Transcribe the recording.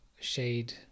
shade